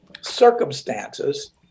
circumstances